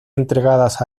entregadas